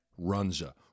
Runza